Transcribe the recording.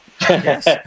Yes